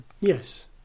Yes